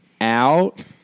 out